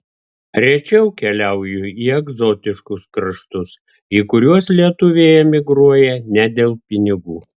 rečiau keliauju į egzotiškus kraštus į kuriuos lietuviai emigruoja ne dėl pinigų